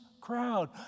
crowd